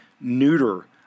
neuter